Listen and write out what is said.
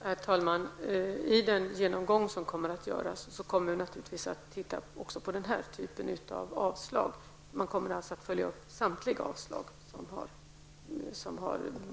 Herr talman! Vid den genomgång som kommer att göras kommer vi naturligtvis att titta även på den här typen av avslag. Riksförsäkringsverket kommer att följa upp samtliga avslag som kassorna har fattat beslut om.